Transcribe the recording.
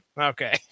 Okay